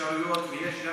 גם